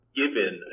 given